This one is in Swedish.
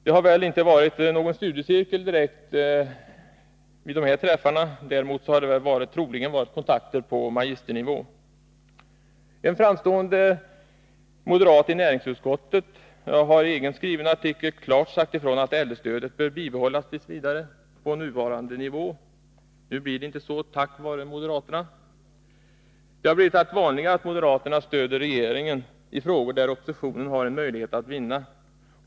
Det har väl inte bedrivits någon studiecirkelverksamhet vid dessa träffar, men troligen har det varit kontakter på magisternivå. En framstående moderat i näringsutskottet har i en egenhändigt skriven artikel klart sagt ifrån att äldrestödet t. v. bör bibehållas på nuvarande nivå. Nu blir det inte så, på grund av moderaterna. Det har blivit allt vanligare att moderaterna stöder regeringen i frågor där oppositionen har en möjlighet att vinna.